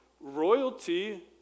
royalty